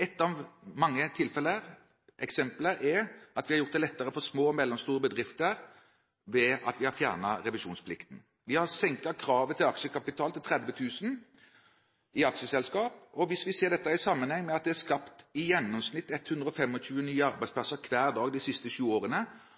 Ett av mange tilfeller og eksempler er at vi har gjort det lettere for små og mellomstore bedrifter ved at vi har fjernet revisjonsplikten. Vi har senket kravet til aksjekapital til 30 000 kr i aksjeselskap. Hvis vi ser dette i sammenheng med at det er skapt i gjennomsnitt 125 nye arbeidsplasser hver dag de siste sju årene,